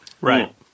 Right